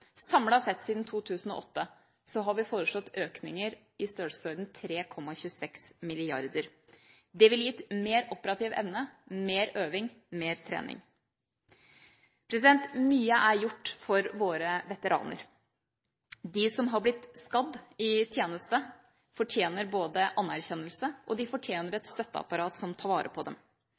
sett, siden 2008, har vi foreslått økninger i størrelsesorden 3,26 mrd. kr. Det ville gitt større operativ evne, mer øving og mer trening. Mye er gjort for våre veteraner. De som er blitt skadd i tjeneste, fortjener både anerkjennelse og et støtteapparat som tar vare på dem.